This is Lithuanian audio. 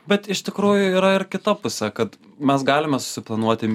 bet iš tikrųjų yra ir kita pusė kad mes galime susiplanuoti